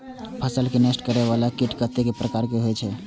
फसल के नष्ट करें वाला कीट कतेक प्रकार के होई छै?